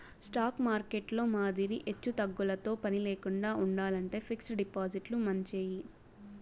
stock మార్కెట్టులో మాదిరి ఎచ్చుతగ్గులతో పనిలేకండా ఉండాలంటే ఫిక్స్డ్ డిపాజిట్లు మంచియి